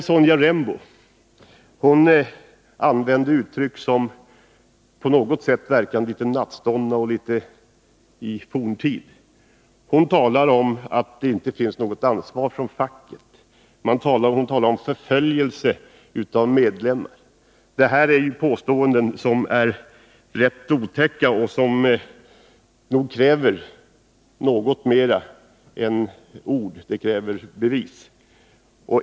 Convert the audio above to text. Sonja Rembo använde uttryck som på något sätt verkade litet nattståndna och forntida. Hon talade om att det inte fanns något ansvar från fackets sida och om förföljelse av medlemmar. Det är påståenden som är rätt otäcka, men det duger inte att bara uttrycka dem i ord utan det krävs bevis.